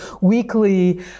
weekly